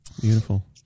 Beautiful